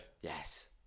Yes